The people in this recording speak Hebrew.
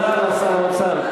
תודה לשר האוצר.